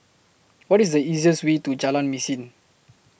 What IS The easiest Way to Jalan Mesin